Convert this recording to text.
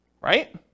right